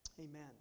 amen